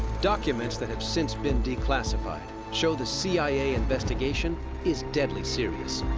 documents that have since been declassified show the cia investigation is deadly serious.